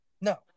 No